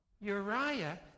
Uriah